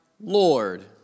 Lord